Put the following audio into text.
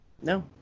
No